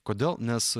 kodėl nes